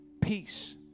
peace